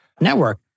network